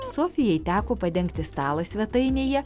sofijai teko padengti stalą svetainėje